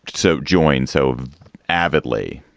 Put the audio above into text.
so join so avidly.